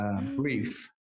brief